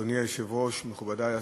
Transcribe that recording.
אדוני היושב-ראש, תודה רבה, מכובדי השרים,